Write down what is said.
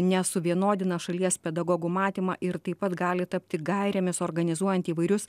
nes suvienodina šalies pedagogų matymą ir taip pat gali tapti gairėmis organizuojant įvairius